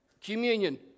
Communion